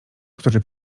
który